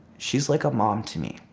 she's like a mom to me.